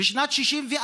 בשנת 1964,